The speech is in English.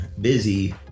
busy